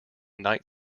night